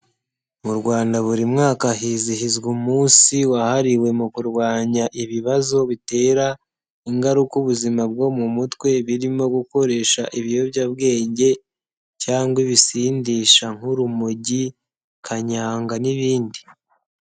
Mu Rwanda buri mwaka hizihizwa umunsi wahariwe mu kurwanya ibibazo bitera ingaruka ubuzima bwo mu mutwe, birimo gukoresha ibiyobyabwenge, cyangwa ibisindisha nk'urumogi, kanyanga n'ibindi.